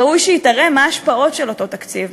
ראוי שהיא תראה מה ההשפעות של אותו תקציב,